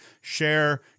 share